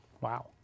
Wow